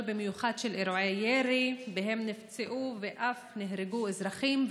במיוחד של אירועי ירי שבהם נפצעו ואף נהרגו אזרחים,